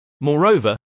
Moreover